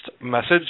message